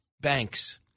Banks